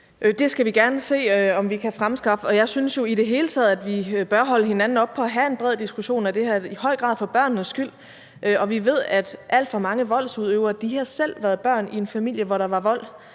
Det skal vi gerne se om vi kan fremskaffe. Jeg synes jo i det hele taget, at vi bør holde hinanden op på at have en bred diskussion af det her, i høj grad for børnenes skyld. Vi ved, at alt for mange voldsudøvere selv har været børn i en familie, hvor der var vold,